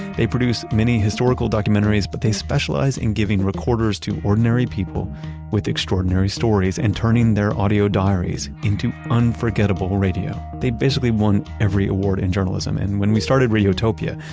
they produce many historical documentaries, but they specialize in giving recorders to ordinary people with extraordinary stories and turning their audio diaries into unforgettable radio. they basically won every award in journalism and when we started radiotopia,